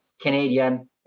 Canadian